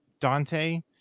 Dante